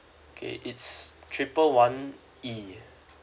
okay it's triple one E